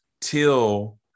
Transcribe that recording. Till